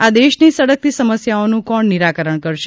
આ દેશની સળગતી સમસ્યાઓનું કોણ નીરાકરણ કરશે